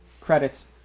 Credits